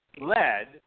led